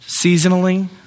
seasonally